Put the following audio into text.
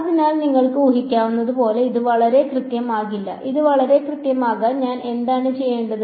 അതിനാൽ നിങ്ങൾക്ക് ഊഹിക്കാവുന്നതുപോലെ ഇത് വളരെ കൃത്യമാകില്ല ഇത് വളരെ കൃത്യമാക്കാൻ ഞാൻ എന്താണ് ചെയ്യേണ്ടത്